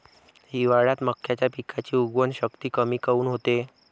हिवाळ्यात मक्याच्या पिकाची उगवन शक्ती कमी काऊन होते?